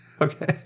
okay